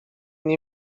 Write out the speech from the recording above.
nie